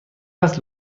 است